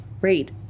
Great